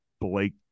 Blake